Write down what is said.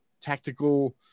tactical